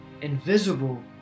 Invisible